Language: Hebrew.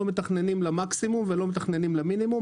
לא מתכננים למקסימום ולא מתכננים למינימום,